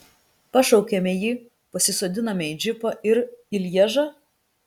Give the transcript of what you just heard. pašaukiame jį pasisodiname į džipą ir į lježą